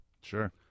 Sure